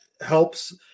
helps